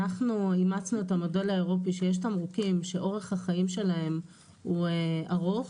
אנחנו אימצנו את המודל האירופאי שיש תמרוקים שאורך החיים שלהם הוא ארוך,